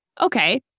okay